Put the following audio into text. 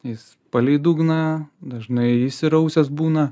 jis palei dugną dažnai įsirausęs būna